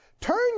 Turn